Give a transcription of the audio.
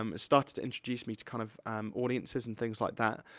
um started to introduce me to kind of audiences, and things like that.